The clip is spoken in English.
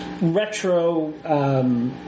retro